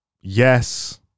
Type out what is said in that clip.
Yes